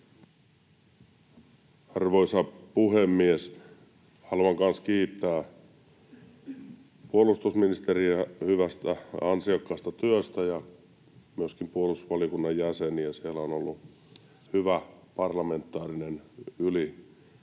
Arvoisa puhemies! Haluan kanssa kiittää puolustusministeriä hyvästä ja ansiokkaasta työstä ja myöskin puolustusvaliokunnan jäseniä. Siellä on ollut hyvä parlamentaarinen, yli